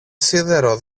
σίδερο